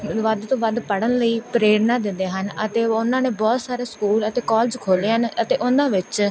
ਵੱਧ ਤੋਂ ਵੱਧ ਪੜ੍ਹਨ ਲਈ ਪ੍ਰੇਰਨਾ ਦਿੰਦੇ ਹਨ ਅਤੇ ਉਹਨਾਂ ਨੇ ਬਹੁਤ ਸਾਰੇ ਸਕੂਲ ਅਤੇ ਕੋਲਜ ਖੋਲ੍ਹੇ ਹਨ ਅਤੇ ਉਹਨਾਂ ਵਿੱਚ